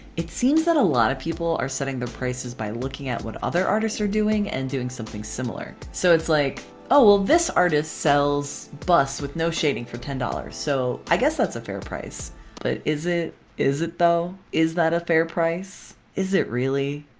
it seems that a lot of people are setting their prices by looking at what other artists are doing and doing something similar. so it's like oh well this artist sells busts with no shading for ten dollars so i guess that's a fair price but is it is? is it though? is that a fair price? is it really?